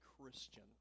Christian